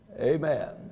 Amen